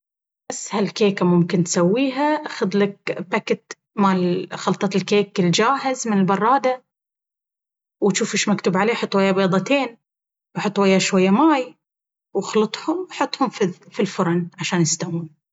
أسهل كيكة ممكن تسويها اخذ لك باكيت مال خلطة الكيك الجاهز من البرادة وجوف وش مكتوب عليه وحط وياه بيضتين وحط وياه شوية ماي واخلطهم وحطهم في الفرن عشان يستوون.